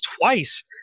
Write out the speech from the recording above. twice